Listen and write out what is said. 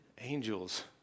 Angels